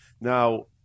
Now